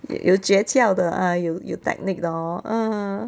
有诀窍的 ah 有有 technique 的 hor uh